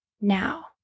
now